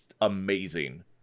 amazing